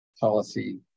policy